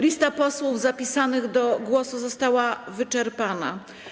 Lista posłów zapisanych do głosu została wyczerpana.